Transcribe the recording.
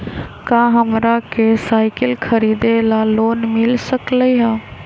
का हमरा के साईकिल खरीदे ला लोन मिल सकलई ह?